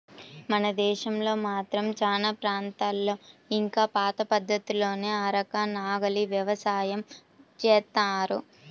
మన దేశంలో మాత్రం చానా ప్రాంతాల్లో ఇంకా పాత పద్ధతుల్లోనే అరక, నాగలి యవసాయం జేత్తన్నారు